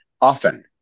Often